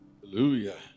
Hallelujah